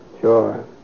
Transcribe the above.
Sure